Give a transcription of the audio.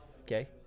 okay